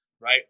right